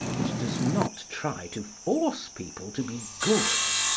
it does not try to force people to be good.